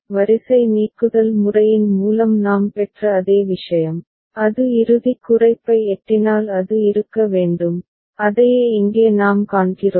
வரிசை நீக்குதல் முறையின் மூலம் நாம் பெற்ற அதே விஷயம் அது இறுதிக் குறைப்பை எட்டினால் அது இருக்க வேண்டும் அதையே இங்கே நாம் காண்கிறோம்